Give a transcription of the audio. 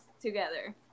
together